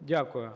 Дякую.